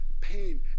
pain